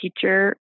teacher